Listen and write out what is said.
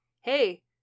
hey